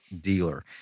dealer